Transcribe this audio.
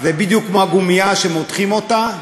זה בדיוק כמו גומייה שמותחים אותה,